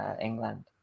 England